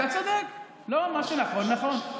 אתה צודק, מה שנכון,